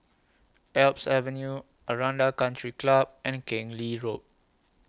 Alps Avenue Aranda Country Club and Keng Lee Road